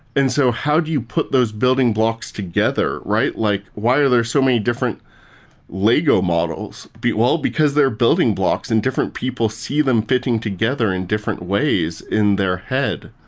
and so how do you put those building blocks together, right? like why are there so many different lego models? but well, because they're building blocks and different people see them fitting together in different ways in their head.